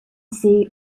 sea